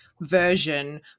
version